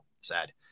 Sad